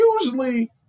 usually